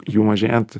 jų mažėjant